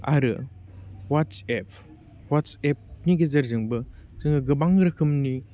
आरो हवाट्सएप हवाट्सएपनि गेजेरजोंबो जोङो गोबां रोखोमनि